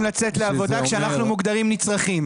לצאת לעבודה כשאנחנו מוגדרים נצרכים.